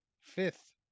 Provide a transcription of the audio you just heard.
fifth